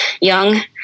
Young